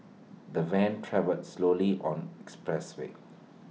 the van travelled slowly on expressway